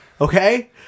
Okay